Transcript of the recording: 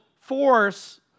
force